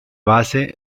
base